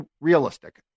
realistic